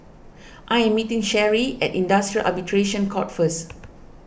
I am meeting Cherry at Industrial Arbitration Court first